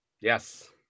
Yes